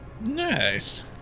Nice